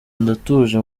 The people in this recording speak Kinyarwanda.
ndatuje